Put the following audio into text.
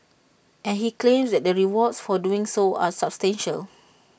and he claims that the rewards for doing so are substantial